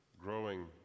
growing